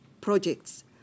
projects